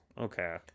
Okay